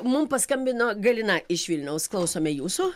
mum paskambino galina iš vilniaus klausome jūsų